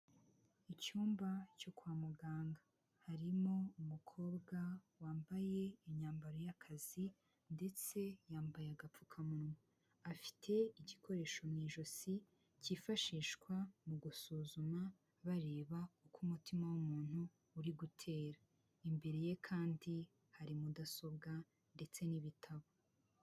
Icyumba cyo kwa muganga harimo umukobwa wambaye imyambaro y'akazi, ndetse yambaye agapfukamunwa afite igikoresho mu ijosi kifashishwa mu gusuzuma, bareba uko umutima w'umuntu uri gutera, imbere ye kandi hari mudasobwa ndetse n'ibitabo.